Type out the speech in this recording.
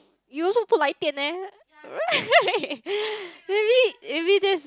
you also 不来电 meh right maybe maybe that's